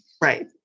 Right